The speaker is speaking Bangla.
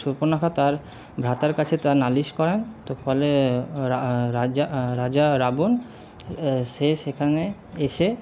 শূর্পণখা তাঁর ভ্রাতার কাছে তা নালিশ করেন তো ফলে রাজা রাবণ সে সেখানে এসে